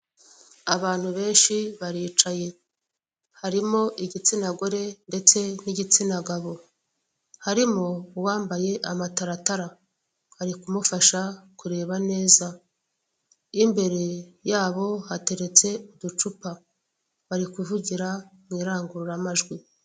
Abantu benshi baricaye, harimo igitsina gore ndetse n'igitsina gabo, harimo uwambaye amataratara ari kumufasha kureba neza, n'imbere yabo hateretse uducupa, bari kuvugira mu irangururamajwi.